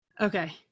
Okay